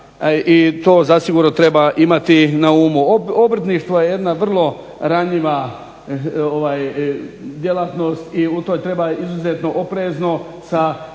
i to zasigurno treba imati na umu. Obrtništvo je jedna vrlo ranjiva djelatnost i to treba izuzetno oprezno sa svim